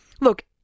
look